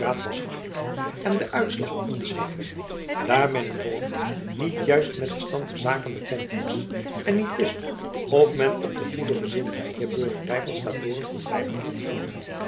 deodaat was hachelijk en de uitslag onzeker daar men in holland niet juist met den stand der zaken bekend was en niet wist of men op de goede gezindheid der burgerij van stavoren kon blijven vertrouwen